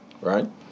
right